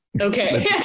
okay